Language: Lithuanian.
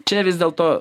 čia vis dėlto